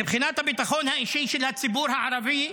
מבחינת הביטחון האישי של הציבור הערבי,